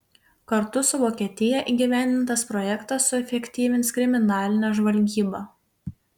kartu su vokietija įgyvendintas projektas suefektyvins kriminalinę žvalgybą